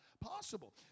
possible